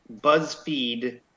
BuzzFeed